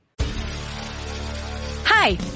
Hi